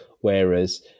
whereas